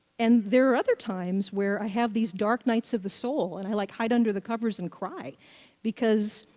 and there are other times where i have these dark nights of the soul, and i like hide under the covers and cry because,